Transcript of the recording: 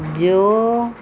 ਜੋ